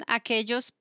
aquellos